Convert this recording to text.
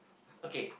okay